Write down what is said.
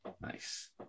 Nice